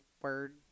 word